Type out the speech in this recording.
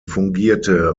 fungierte